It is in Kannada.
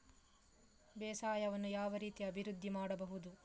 ಬೇಸಾಯವನ್ನು ಯಾವ ರೀತಿಯಲ್ಲಿ ಅಭಿವೃದ್ಧಿ ಮಾಡಬಹುದು?